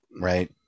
Right